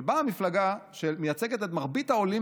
אבל באה מפלגה שמייצגת את מרבית העולים